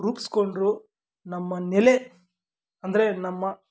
ರೂಪಿಸ್ಕೊಂಡ್ರೂ ನಮ್ಮ ನೆಲೆ ಅಂದರೆ ನಮ್ಮ